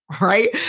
right